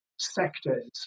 sectors